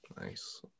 Nice